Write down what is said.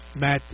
Matt